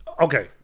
Okay